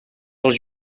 els